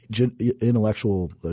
intellectual –